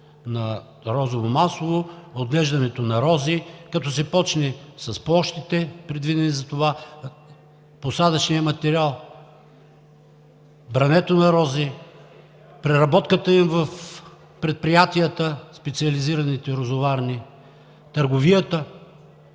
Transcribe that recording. на розово масло, отглеждането на рози, като се започне с площите, предвидени за това, посадъчния материал, брането на рози, преработката им в специализираните предприятия – розоварните, търговията.